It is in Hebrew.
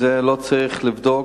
ואת זה לא צריך לבדוק,